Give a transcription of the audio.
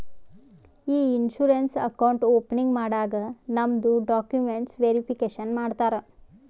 E insurance account opening ಮಾಡಾಗ್ ನಮ್ದು documents verification ಮಾಡ್ತಾರ